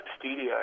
studio